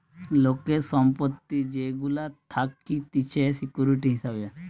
লোকের সম্পত্তি যেগুলা থাকতিছে সিকিউরিটি হিসাবে